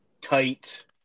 tight –